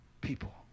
people